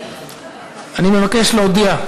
אני מבקש להודיע,